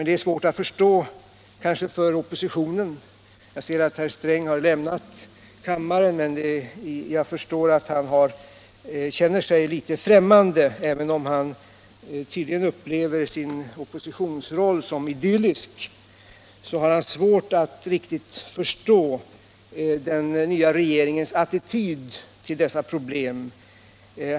Det är kanske svårt för oppositionen att inse detta. Jag ser att herr Sträng har lämnat kammaren, men jag förstår att han känner sig litet främmande. Även om han tydligen upplever sin oppositionsroll som idyllisk, har han svårt att riktigt förstå den nya regeringens attityd till dessa problem.